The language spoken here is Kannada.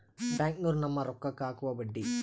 ಬ್ಯಾಂಕ್ನೋರು ನಮ್ಮ್ ರೋಕಾಕ್ಕ ಅಕುವ ಬಡ್ಡಿ